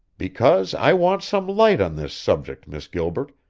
because i want some light on this subject, miss gilbert,